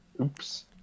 Oops